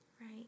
right